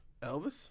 elvis